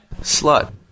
slut